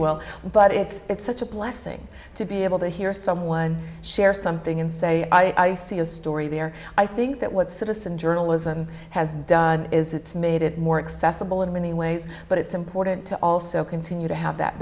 will but it's such a blessing to be able to hear someone share something and say i see a story there i think that what citizen journalism has done is it's made it more accessible in many ways but it's important to also continue to have that